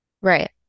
Right